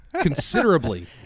considerably